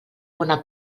bona